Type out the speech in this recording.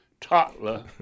toddler